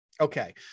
Okay